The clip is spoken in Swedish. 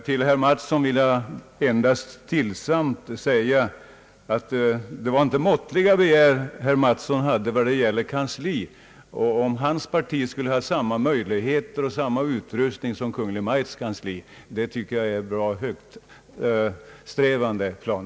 Till herr Mattsson vill jag endast stillsamt säga att det inte var måttliga begär som han hade när det gäller kansli. Det är bra högststrävande planer om hans parti skulle ha samma utrustning som Kungl. Maj:ts kansli.